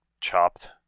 chopped